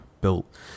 built